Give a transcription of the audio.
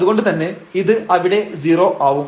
അതുകൊണ്ടു തന്നെ ഇത് അവിടെ 0 ആവും